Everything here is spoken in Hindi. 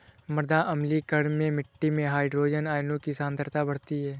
मृदा अम्लीकरण में मिट्टी में हाइड्रोजन आयनों की सांद्रता बढ़ती है